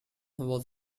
was